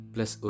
Plus